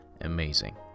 amazing